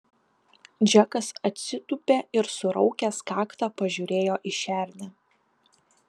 džekas atsitūpė ir suraukęs kaktą pažiūrėjo į šernę